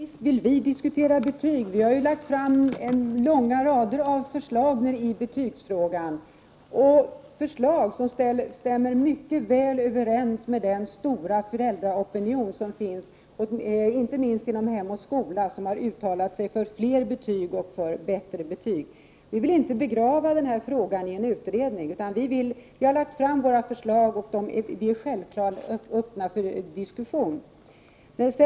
Herr talman! Visst vill vi diskutera betyg. Vi har ju lagt fram långa rader av förslag i betygsfrågan, förslag som stämmer mycket väl överens med den stora föräldraopinion som finns, inte minst inom Hem och skola, som har uttalat sig för fler och bättre betyg. Vi vill inte begrava den här frågan i en utredning, utan vi har lagt fram våra förslag, och vi är självfallet öppna för en diskussion.